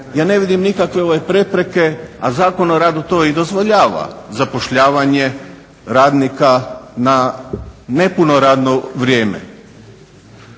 ja ne vidim nikakve prepreke, a Zakon o radu to i dozvoljava zapošljavanje radnika na nepuno radno vrijeme.